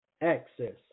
access